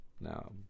No